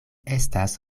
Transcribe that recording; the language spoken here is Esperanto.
estas